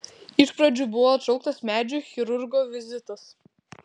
iš pradžių buvo atšauktas medžių chirurgo vizitas